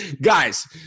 guys